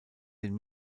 den